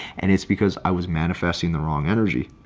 and it's because i was manifesting the wrong energy.